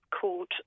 called